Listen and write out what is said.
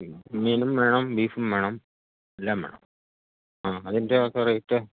മീനും വേണം ബീഫും വേണം എല്ലാം വേണം ആ അതിൻ്റെയൊക്കെ റെയിറ്റ്